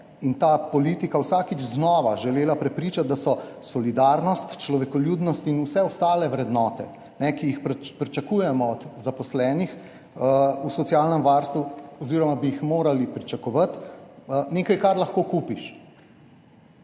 in ta politika vsakič znova želela prepričati, da so solidarnost, človekoljubnost in vse ostale vrednote, ki jih pričakujemo od zaposlenih v socialnem varstvu oziroma bi jih morali pričakovati, nekaj, kar lahko kupiš.